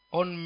on